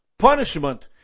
punishment